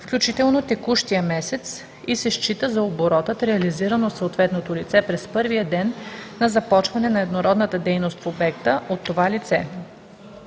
включително текущия месец, и се счита за оборот, реализиран от съответното лице през първия ден на започване на еднородната дейност в обекта от това лице.